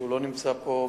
שלא נמצא פה,